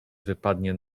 wypadnie